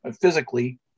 physically